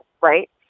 right